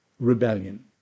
Rebellion